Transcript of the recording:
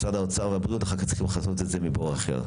משרד האוצר והבריאות אחר כך צריכים לכסות את זה מבור אחר.